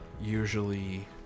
usually